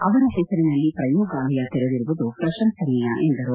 ಅವರ ಹೆಸರಿನಲ್ಲಿ ಪ್ರಯೋಗಾಲಯ ತೆರೆದಿರುವುದು ಪ್ರಶಂಸನೀಯ ಎಂದರು